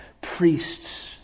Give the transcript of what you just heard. priests